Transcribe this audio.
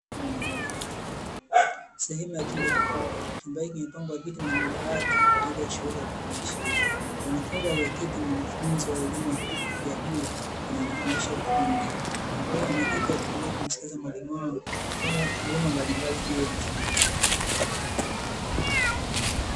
Sehemu ya chumba kikubwa. Chumba hiki kimepangwa viti na madawati, kwa ajili ya shughuli ya kufundishia. Wanafunzi walioketi ni wanafunzi wa elimu ya juu wanaojifundisha ufundi, ambao wameketi wakitulia kumsikiliza mwalimu wao, kuwapa taaluma mbalimbali juu ya ufundi.